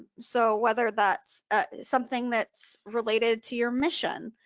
so whether that's something that's related to your mission.